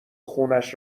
خونش